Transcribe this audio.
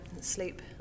sleep